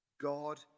God